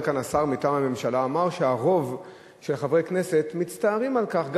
אומר כאן השר מטעם הממשלה אמר שהרוב של חברי הכנסת מצטערים על כך.